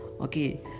okay